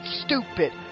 Stupid